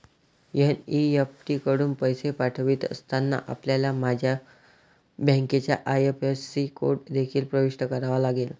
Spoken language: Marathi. एन.ई.एफ.टी कडून पैसे पाठवित असताना, आपल्याला माझ्या बँकेचा आई.एफ.एस.सी कोड देखील प्रविष्ट करावा लागेल